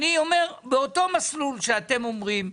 אני אומר, באותו מסלול שאתם אומרים.